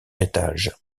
étage